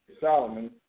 Solomon